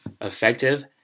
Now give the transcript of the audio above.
effective